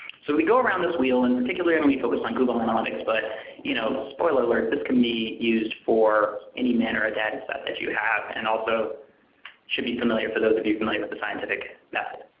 so we go around this wheel in particular and we focus on google analytics. but you know the spoiler alert, this can be used for any manner of ah data stuff that you have, and also should be familiar for those of you familiar with the scientific method.